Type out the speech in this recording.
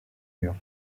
murs